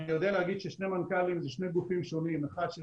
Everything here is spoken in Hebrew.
אני יודע להגיד ששני מנכ"לים זה שני גופים שונים: אחד של